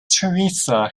teresa